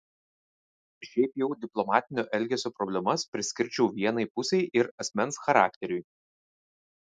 šiaip jau diplomatinio elgesio problemas priskirčiau vienai pusei ir asmens charakteriui